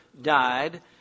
died